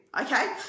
okay